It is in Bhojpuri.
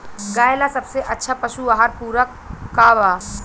गाय ला सबसे अच्छा पशु आहार पूरक का बा?